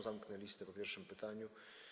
Zamknę listę po pierwszym pytaniu.